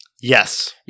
Yes